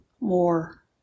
more